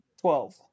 Twelve